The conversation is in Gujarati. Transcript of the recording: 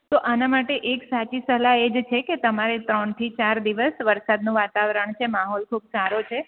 તો આના માટે એક સાચી સલાહ એ જ છે કે તમારે ત્રણથી ચાર દિવસ વરસાદનું વાતાવરણ છે માહોલ ખૂબ સારો છે